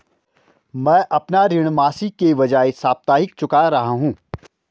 मैं अपना ऋण मासिक के बजाय साप्ताहिक चुका रहा हूँ